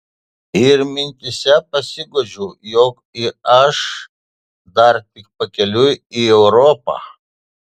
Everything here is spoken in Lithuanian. ir mintyse pasiguodžiu jog ir aš dar tik pakeliui į europą